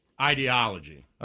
ideology